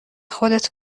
خودت